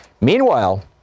Meanwhile